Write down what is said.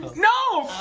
but no.